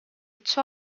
ciò